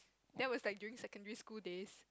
that was like during secondary school days